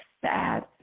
sad